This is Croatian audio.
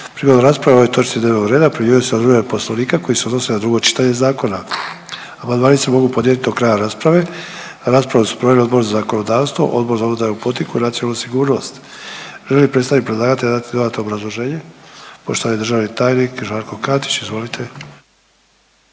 Prigodom rasprave o ovoj točci dnevnog reda primjenjuju se odredbe Poslovnika koje se odnose na drugo čitanje zakona. Amandmani se mogu podnijeti do kraja rasprave, a raspravu su proveli Odbor za zakonodavstvo, Odbor za unutarnju politiku i nacionalnu sigurnost. Želi li predstavnik predlagatelja dati dodatno obrazloženje? Poštovani državni tajnik Žarko Katić, izvolite.